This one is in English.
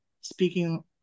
speaking